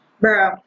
Bro